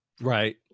Right